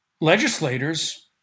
legislators